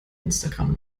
instagram